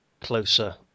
closer